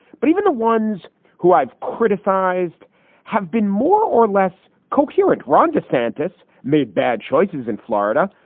but even the ones who i've criticized have been more or less coherent. ron desantis made bad choices in florida,